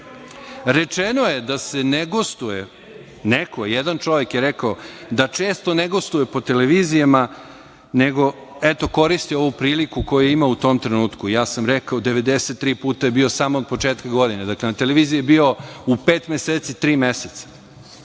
laž. Rečeno je da se ne gostuje, jedan čovek je rekao da često ne gostuje po televizijama, nego eto koristi ovu priliku koju ima u tom trenutku. Ja sam rekao – 93 puta je bio od samog početka godine. Na televiziji je bio, u pet meseci, tri meseca.Za